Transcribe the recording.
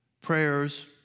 prayers